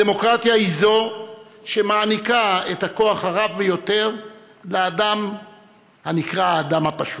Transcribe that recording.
הדמוקרטיה היא שמעניקה את הכוח הרב ביותר לאדם הנקרא האדם הפשוט,